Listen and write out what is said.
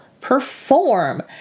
perform